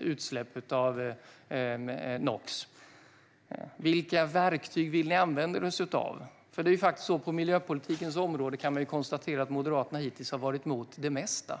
utsläpp av NOx? Vilka verktyg vill ni använda er av? På miljöpolitikens område kan man konstatera att Moderaterna hittills har varit emot det mesta.